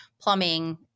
plumbing